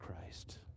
Christ